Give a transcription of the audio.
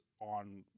on